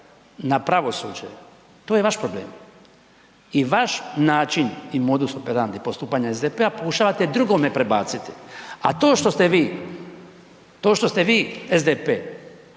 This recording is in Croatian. na pravosuđe, to je vaš problem i vaš način i modus operandi postupanja SDP-a pokušavate drugome prebaciti. A to što ste vi SDP